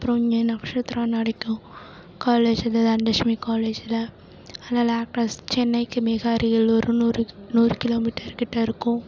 அப்புறம் இங்கே நக்ஷத்ரா நடக்கும் காலேஜில் தனலக்ஷ்மி காலேஜில் அதனால் சென்னைக்கு மிக அருகில் ஒரு நூறு நூறு கிலோ மீட்டர்கிட்ட இருக்கும்